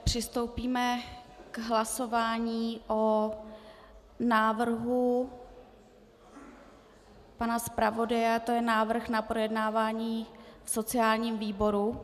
Přistoupíme k hlasování o návrhu pana zpravodaje, je to návrh na projednávání v sociálním výboru.